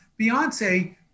Beyonce